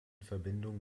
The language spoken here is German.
verbindung